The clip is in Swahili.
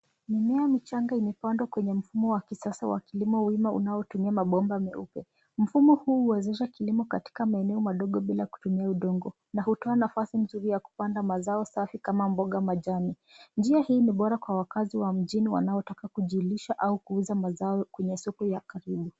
Mimea michanga imepandwa kwenye mfumo wa kisasa wa kilimo wima, unaotumia mabomba meupe. Mfumo huu uwezesha kilimo katika maeneo madogo bila kutumia udongo, na hutoa nafasi nzuri ya kupanda mazao safi kama mboga majani. Njia hii ni bora kwa wakazi wa mjini wanaotaka kujilisha au kuuza mazao kwenye soko ya karibu.